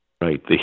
Right